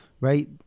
Right